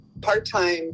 part-time